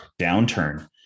downturn